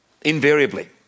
invariably